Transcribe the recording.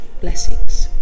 Blessings